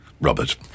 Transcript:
Robert